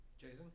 Jason